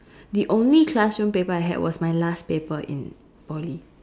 the only classroom paper I had was my last paper in Poly